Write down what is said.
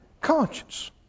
conscience